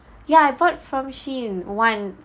ya I bought from SHEIN one